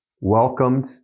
welcomed